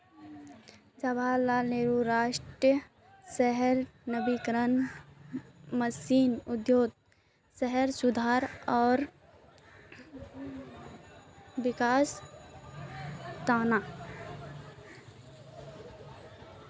जवाहरलाल नेहरू राष्ट्रीय शहरी नवीकरण मिशनेर उद्देश्य शहरेर सुधार आर विकासेर त न